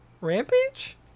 Rampage